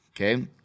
okay